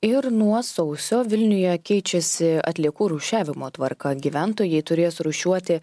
ir nuo sausio vilniuje keičiasi atliekų rūšiavimo tvarka gyventojai turės rūšiuoti